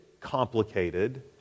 complicated